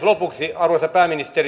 lopuksi arvoisa pääministeri